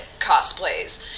cosplays